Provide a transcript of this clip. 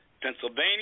Pennsylvania